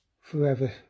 forever